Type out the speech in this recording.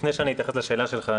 לפני שאני אתייחס לשאלה שלך,